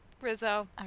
Rizzo